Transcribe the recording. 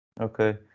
Okay